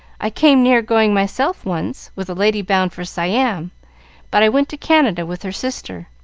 i came near going myself once, with a lady bound for siam but i went to canada with her sister,